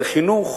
זה חינוך,